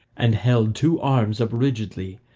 and held two arms up rigidly,